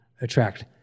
attract